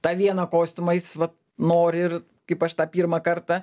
tą vieną kostiumą jis vat nori ir kaip aš tą pirmą kartą